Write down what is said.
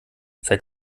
seid